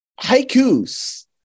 haikus